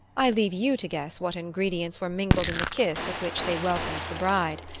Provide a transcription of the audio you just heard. i leave you to guess what ingredients were mingled in the kiss with which they welcomed the bride.